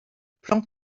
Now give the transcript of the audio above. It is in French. plan